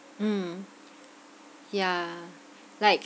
mm yeah like